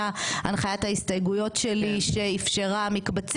11:00. "ובלבד שדברי הסיכום לא יחלו לפני השעה 11:00